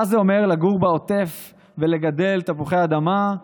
מה זה אומר לגור בעוטף ולגדל תפוחי האדמה?